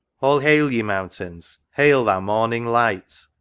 all hail ye mountains, hail thou morning light!